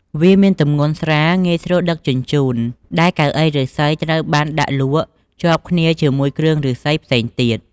វាមានទំងន់ស្រាលងាយដឹកជញ្ជូន ដែលកៅអីឫស្សីត្រូវបានគេដាក់លក់ជាប់គ្នាជាមួយគ្រឿងឫស្សីផ្សេងទៀត។